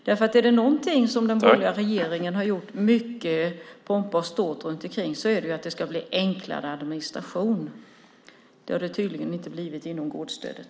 Om det är något som den borgerliga regeringen har uttalat med mycket pompa och ståt så är det att det ska bli enklare administration. Det har det tydligen inte blivit för gårdsstödet.